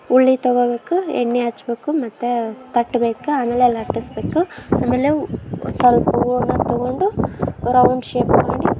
ಉಳ್ಳಿ ತೊಗೋಬೇಕು ಎಣ್ಣೆ ಹಚ್ಬೇಕು ಮತ್ತು ತಟ್ಬೇಕು ಆಮೇಲೆ ಲಟ್ಟಿಸ್ಬೇಕು ಆಮೇಲೆ ಸ್ವಲ್ಪ ಹೂರ್ಣ ತೊಗೊಂಡು ರೌಂಡ್ ಶೇಪ್ ಮಾಡಿ